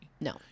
No